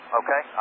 okay